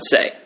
say